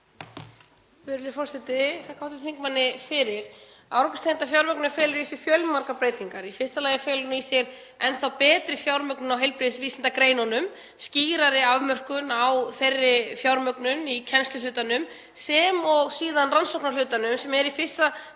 þakka hv. þingmanni fyrir. Árangurstengda fjármögnunin felur í sér fjölmargar breytingar. Í fyrsta lagi felur hún í sér enn þá betri fjármögnun á heilbrigðisvísindagreinunum, skýrari afmörkun á þeirri fjármögnun í kennsluhlutanum sem og síðan rannsóknahlutanum, sem er í fyrsta skipti